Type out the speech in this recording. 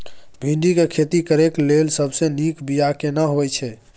भिंडी के खेती करेक लैल सबसे नीक बिया केना होय छै?